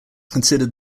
considered